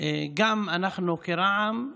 גם אנחנו, כרע"מ,